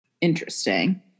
interesting